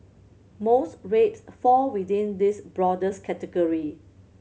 most rapes fall within this broadest category